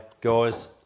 guys